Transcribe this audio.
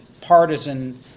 partisan